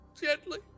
Gently